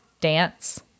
dance